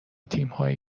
تیمهایی